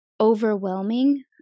overwhelming